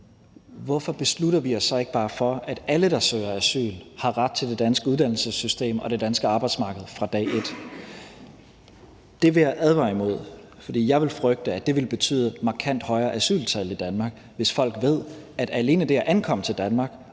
vi bare beslutte os for, at alle, der søger asyl, har ret til det danske uddannelsessystem og det danske arbejdsmarked fra dag et. Det vil jeg advare imod, for jeg vil frygte, at det vil betyde markant højere asyltal i Danmark. Hvis folk ved, at alene det at ankomme til Danmark